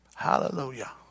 Hallelujah